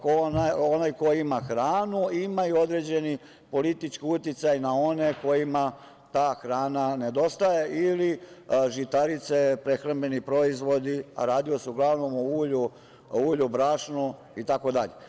Onaj ko ima hranu ima i određeni politički uticaj na one kojima ta hrana nedostaje ili žitarice, prehrambeni proizvodi, a radilo se uglavnom o ulju, brašnu itd.